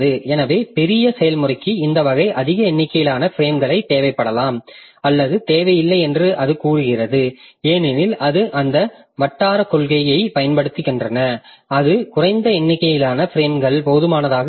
எனவே பெரிய செயல்முறைக்கு இந்த வகை அதிக எண்ணிக்கையிலான பிரேம்கள் தேவைப்படலாம் அல்லது தேவையில்லை என்று அது கூறுகிறது ஏனெனில் அது அந்த வட்டாரக் கொள்கையைப் பயன்படுத்துகிறதென்றால் அது குறைந்த எண்ணிக்கையிலான பிரேம்கள் போதுமானதாக இருக்கும்